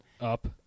Up